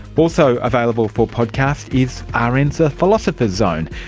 but also available for podcast is ah rn's the philosopher's zone.